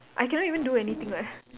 I cannot even do anything [what]